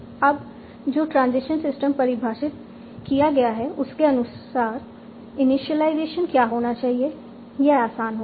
अब जो transition system परिभाषित किया गया है उसके अनुसार इनीशिएलाइजेशन क्या होना चाहिए यह आसान होगा